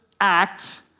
act